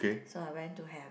so I went to have